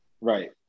right